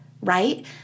right